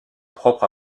propre